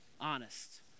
honest